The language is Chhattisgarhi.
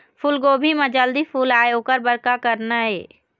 फूलगोभी म जल्दी फूल आय ओकर बर का करना ये?